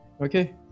Okay